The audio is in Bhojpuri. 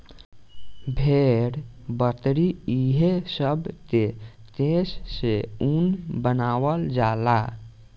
भेड़, बकरी ई हे सब के केश से ऊन बनावल जाला